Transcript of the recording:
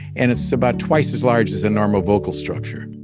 and it's about twice as large as a normal vocal structure.